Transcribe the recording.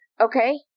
okay